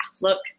look